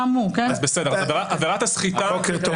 טלי, בוקר טוב.